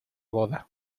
boda